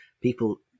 people